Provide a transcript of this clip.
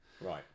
right